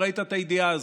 אם ראית את הידיעה הזאת,